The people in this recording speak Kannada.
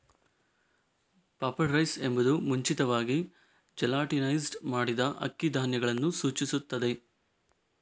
ಪಫ್ಡ್ ರೈಸ್ ಎಂಬುದು ಮುಂಚಿತವಾಗಿ ಜೆಲಾಟಿನೈಸ್ಡ್ ಮಾಡಿದ ಅಕ್ಕಿ ಧಾನ್ಯಗಳನ್ನು ಸೂಚಿಸುತ್ತದೆ